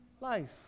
life